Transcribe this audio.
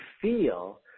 feel